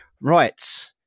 Right